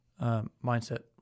mindset